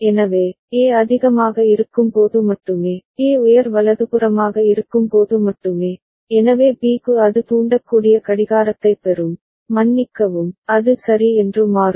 எனவே A அதிகமாக இருக்கும்போது மட்டுமே A உயர் வலதுபுறமாக இருக்கும்போது மட்டுமே எனவே B க்கு அது தூண்டக்கூடிய கடிகாரத்தைப் பெறும் மன்னிக்கவும் அது சரி என்று மாறும்